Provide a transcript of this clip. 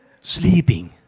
sleeping